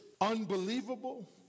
unbelievable